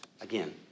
Again